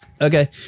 okay